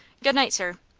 good-night, sir.